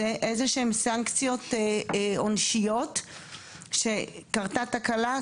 איזשהן סנקציות עונשיות שקרתה תקלה,